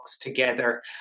together